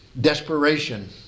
desperation